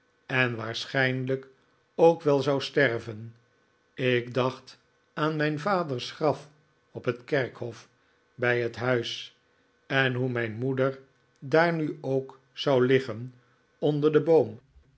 en waarschijnlijk ook wel zou sterven ik dacht aan mijn vaders graf op het kerkhof bij het huis en hoe mijn moeder daar nu ook zou liggen onder den boom